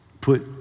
put